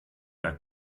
der